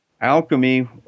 alchemy